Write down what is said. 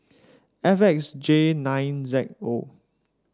F X J nine Z O